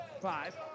five